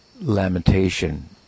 lamentation